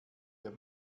der